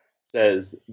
says